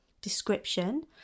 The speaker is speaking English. description